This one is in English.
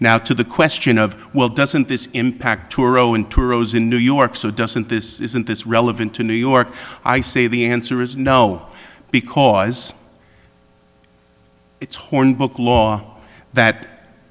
now to the question of well doesn't this impact turo into a rose in new york so doesn't this isn't this relevant to new york i say the answer is no because it's horn book law that